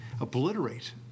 obliterate